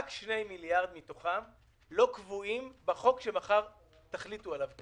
רק 2 מיליארד מתוכם לא קבועים בחוק שמחר תחליטו עליו.